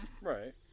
Right